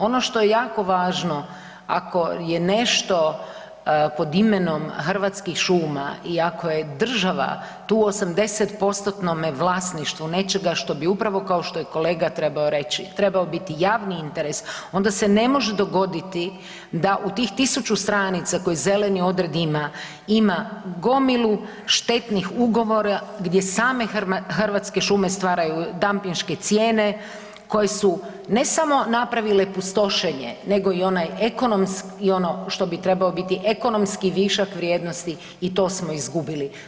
Ono što je jako važno ako je nešto pod imenom Hrvatskih šuma i ako je država tu u 80%-tnom vlasništvu nečega što bi upravo kao što je kolega trebao reći, trebao biti javni interes, onda se ne može dogoditi da u tih tisuću stranica koje zeleni odred ima, ima gomilu štetnih ugovora gdje same Hrvatske šuma stvaraju dampinške cijene koje su ne samo napravile pustošenje nego i ono što bi trebao biti ekonomski višak vrijednosti i to smo izgubili.